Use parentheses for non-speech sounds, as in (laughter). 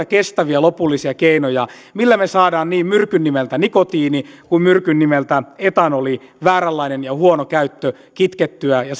(unintelligible) kestäviä lopullisia keinoja millä me saamme niin myrkyn nimeltä nikotiini kuin myrkyn nimeltä etanoli vääränlaisen ja huonon käytön kitkettyä ja (unintelligible)